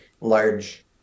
large